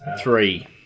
three